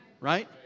Right